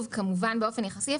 כמובן באופן יחסי,